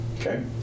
okay